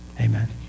Amen